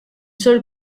seule